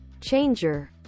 changer